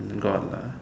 got lah